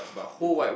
the cook